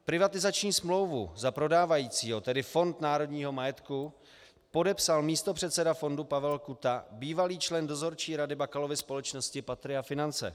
Privatizační smlouvu za prodávajícího, tedy Fond národního majetku, podepsal místopředseda fondu Pavel Kuta, bývalý člen dozorčí rady Bakalovy společnosti Patria Finance.